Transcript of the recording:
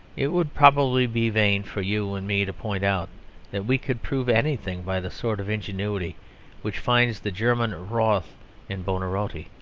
it would probably be vain for you and me to point out that we could prove anything by the sort of ingenuity which finds the german rothe in buonarotti.